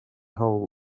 hole